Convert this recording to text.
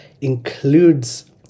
includes